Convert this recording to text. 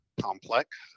complex